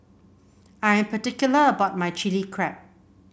I am particular about my Chili Crab